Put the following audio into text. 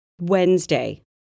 Wednesday